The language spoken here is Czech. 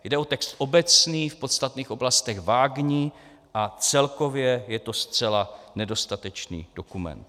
Jde o text obecný, v podstatných oblastech vágní a celkově je to zcela nedostatečný dokument.